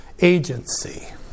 agency